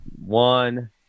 One